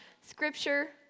scripture